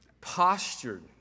postured